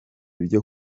byo